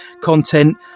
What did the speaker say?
content